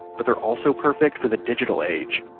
but they're also perfect for the digital age.